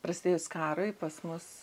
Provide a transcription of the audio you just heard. prasidėjus karui pas mus